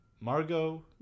Margot